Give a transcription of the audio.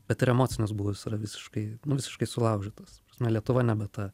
bet ir emocinis būvis yra visiškai visiškai sulaužytas ta prasme lietuva nebe ta